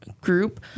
group